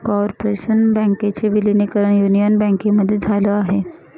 corporation बँकेचे विलीनीकरण union बँकेमध्ये झाल आहे